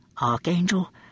Archangel